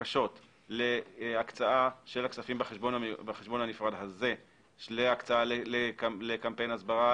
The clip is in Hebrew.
בקשות להקצאה של הכספים בחשבון הנפרד הזה לקמפיין הסברה,